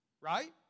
Right